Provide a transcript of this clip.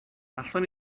allwn